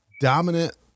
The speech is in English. Dominant